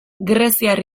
greziar